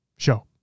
Show